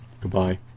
Goodbye